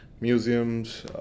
museums